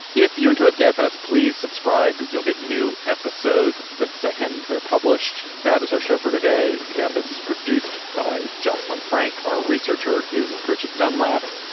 if you enjoyed gabfests, please subscribe. you'll get new episodes the second they're published. that is our show for today effort is produced by jocelyn frank. our researcher is bridget dunlap.